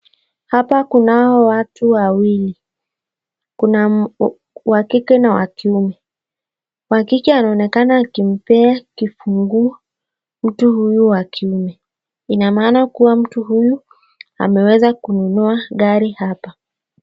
Hapa kunao watu wawili, kuna wa kike na wa kiume. Wa kike anaonekana akimpea kifunguo mtu huyu wa kiume, ina maana kuwa huyu mtu ameweza kununua gari hapa.